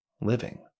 living